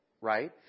Right